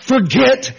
Forget